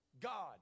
God